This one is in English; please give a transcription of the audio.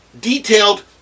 detailed